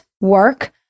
work